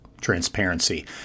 transparency